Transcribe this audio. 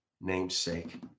namesake